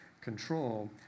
control